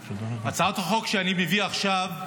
הצעת החוק שאני מביא עכשיו,